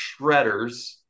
shredders